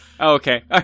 okay